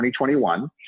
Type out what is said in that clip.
2021